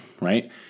right